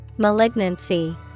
Malignancy